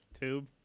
tube